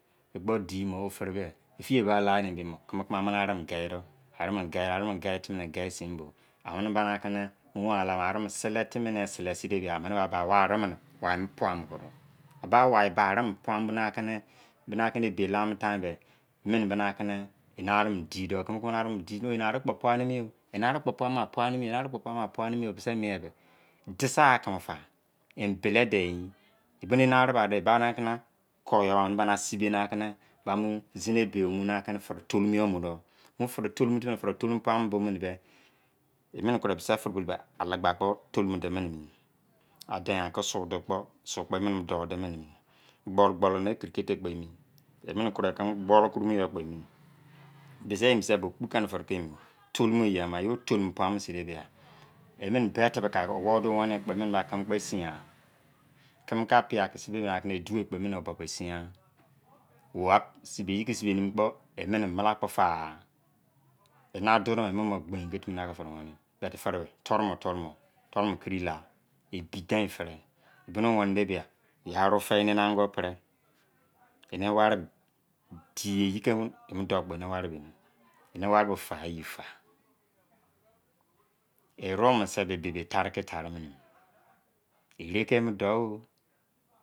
E kpo dimo fini be efiye ba la ni be mo kimi kimi a mini ari mini ge do arirmino ge ari mino ge ari mini ge do arirmini ge timi ge sin bo amini bani aki ni mu wan lade bia arimini sele timi sele timi ne sele timi sele timi ne sele sin de bia amini ba wai arimine pua mo be do a ba wai be ari mini pua mobbona ki ni bona kini ebee la mini tain be emini bona kini wni ani dido kimi kimi mini ari mini di timi eni ari kpo pua nimi o eni ari kpo pua ma eni ri kpo pua ma enipari kpo pua mimi o bise mien yi be disaeal gha kimi fa embele dein eyi emim e na ri mari dee bani aki na ko yo amini ba e sibe aki bani zini ebe a mu firi tolu timifiri tolumo pua mo bo mini be emini kiri misi firi bulou be alagha kpo tolumo di mini mi adein aki su dou kpo su kpo emi ni mo dou di nimi mu gbolu gbolu ne kere kete kpp emi w. emini kurou kimu gboly koromo yo kpo emi bise ye mosw be kpokeni firi ke emu tolumo eyi ama eye bo tolumo pua mo sin de bia emini bie tibi ki aki owou dua weni yi kpo emini ba kimi kpo esingha kimi ki apua ki si be akini e duo yi kpo emini o bo be esing ha sibe yi ki sibe nimi kpo emini mala kpo fagha eni adudu mi emomo gbein ki tiumin naki firi weni yi but firi be toru mo toru mo torrumo kiri la ebi dein firi emini o weni de bia ye ary feni enango pri eni wari be di eyi ke mo dou kpo eni wari bemi eni ware be fagha eyi fa erewouminise be etari ki etaris nimi ereki emo dou o